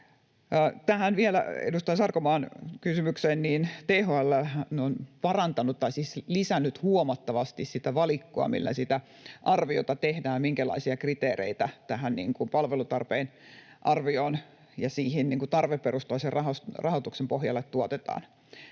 tähän edustaja Sarkomaan kysymykseen: THL:hän on parantanut, tai siis lisännyt huomattavasti, sitä valikkoa, millä sitä arviota tehdään, minkälaisia kriteereitä tähän palvelutarpeen arvioon ja siihen tarveperustaisen rahoituksen pohjalle tuotetaan.